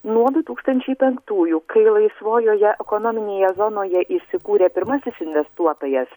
nuo du tūkstančiai penktųjų kai laisvojoje ekonominėje zonoje įsikūrė pirmasis investuotojas